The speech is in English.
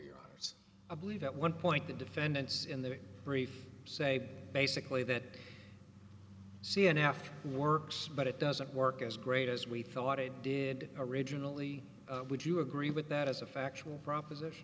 yours i believe at one point the defendants in their brief say basically that c n n works but it doesn't work as great as we thought it did originally would you agree with that as a factual proposition